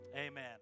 amen